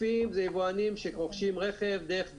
יבואנים שרוכשים רכב דרך דילרים,